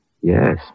Yes